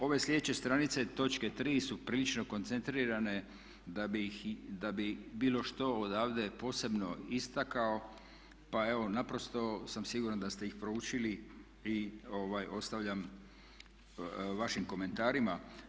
Ove slijedeće stranice, točke 3.su prilično koncentrirane da bi bilo što odavde posebno istakao pa evo naprosto sam siguran da ste ih proučili i ostavljam vašim komentarima.